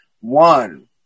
One